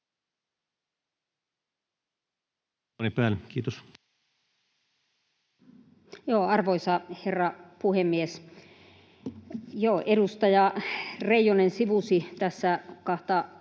Arvoisa herra puhemies! Joo, edustaja Reijonen sivusi tässä kahta